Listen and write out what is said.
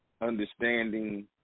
understanding